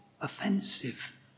offensive